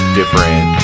different